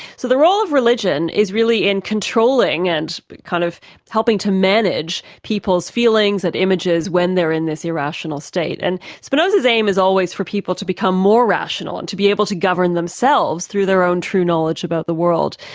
so the role of religion is really in controlling and kind of helping to manage people's feelings and images when they're in this irrational state. and spinoza's aim is always for people to become more rational and to be able to govern themselves through their own true knowledge about the world.